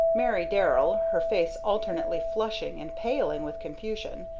mary darrell, her face alternately flushing and paling with confusion,